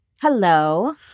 Hello